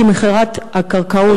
כי מכירת קרקעות לישראלים,